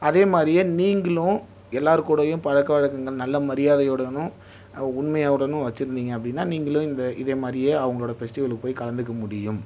அதே மாதிரியே நீங்களும் எல்லோர் கூடயும் பழக்கவழக்கங்கள் நல்ல மரியாதையுடணும் உண்மையுடணும் வெச்சிருந்திங்க அப்படின்னா நீங்களும் இந்த இதே மாதிரியே அவங்களோடய பெஸ்டிவெல்லுக்கு போய் கலந்துக்க முடியும்